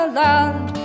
land